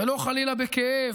ולא חלילה בכאב.